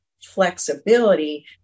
flexibility